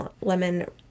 lemon